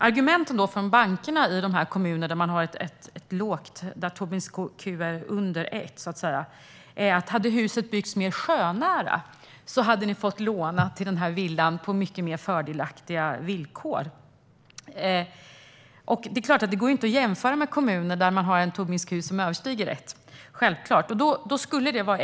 Argumenten från bankerna i de kommuner där man har ett lågt Tobins q, det vill säga under 1, har varit att om huset hade byggts mer sjönära hade man fått låna till mycket mer fördelaktiga villkor. Det går ju inte att jämföra med kommuner där Tobin q överstiger 1, självklart.